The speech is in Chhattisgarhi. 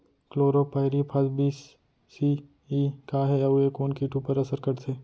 क्लोरीपाइरीफॉस बीस सी.ई का हे अऊ ए कोन किट ऊपर असर करथे?